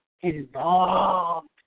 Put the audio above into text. involved